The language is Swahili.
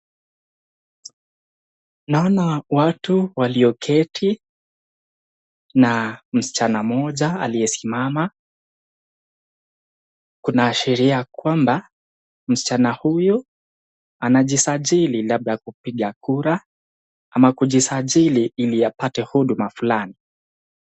Naona watu walioketi na msichana mmoja aliyesimama, kuna sheria kwamba msichana huyu anajisajili labda kupiga kura ama kujisajili ili apate huduma flani.